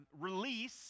release